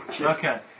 Okay